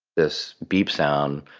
this bleep sound,